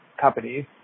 companies